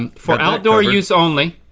and for outdoor use only.